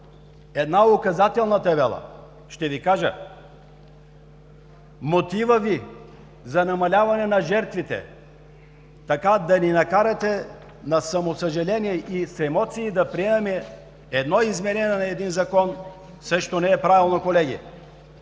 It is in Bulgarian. една указателна табела? Ще Ви кажа. Мотивът Ви за намаляване на жертвите, да ни накарате от съжаление и с емоции да приемаме изменение на един закон, също не е правилно, колеги.